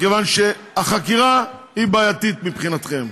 מכיוון שהחקירה היא בעייתית, מבחינתכם.